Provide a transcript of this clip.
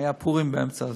היה פורים באמצע,